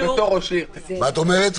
מה את אומרת?